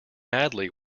madly